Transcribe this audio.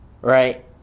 right